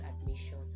admission